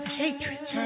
hatred